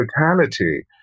totality